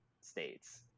states